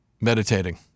meditating